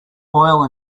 oil